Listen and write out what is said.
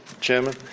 Chairman